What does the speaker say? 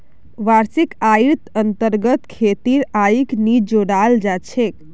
वार्षिक आइर अन्तर्गत खेतीर आइक नी जोडाल जा छेक